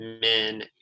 men